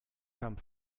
come